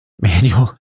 Manual